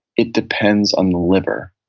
it depends on the liver.